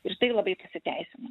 ir tai labai pasiteisino